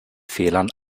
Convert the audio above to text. fehlern